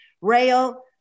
rail